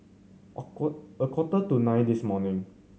a a quarter to nine this morning